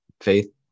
faith